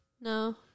No